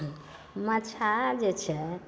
मछाह जे छै